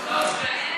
גברתי השרה,